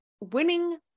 winning